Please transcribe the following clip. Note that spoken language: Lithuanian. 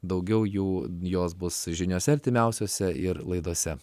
daugiau jų jos bus žiniose artimiausiose ir laidose